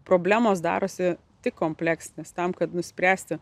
problemos darosi tik kompleksinės tam kad nuspręsti